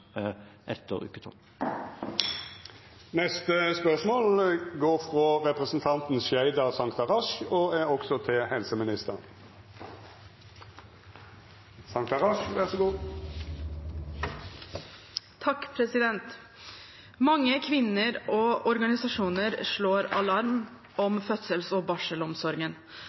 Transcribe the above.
etter uke tolv. «Mange kvinner og organisasjoner slår alarm om fødsels- og